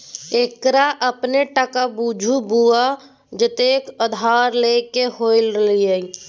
एकरा अपने टका बुझु बौआ जतेक उधार लए क होए ल लिअ